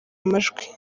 amajwi